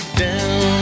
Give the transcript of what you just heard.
down